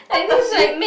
what the shit